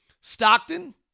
Stockton